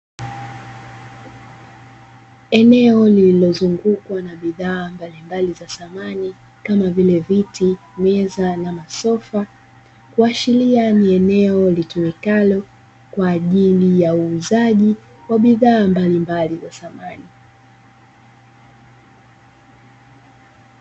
Eneo lililozungukwa na bidhaa mbalimbali za samani kama vile: viti, meza na masofa kuashiria ni eneo litumikalo kwa ajili ya uuzaji wa bidhaa mbalimbali za samani.